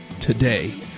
today